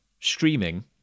streaming